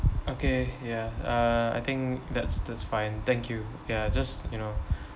okay ya uh I think that's that's fine thank you ya just you know